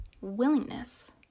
willingness